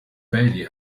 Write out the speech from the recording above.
bailey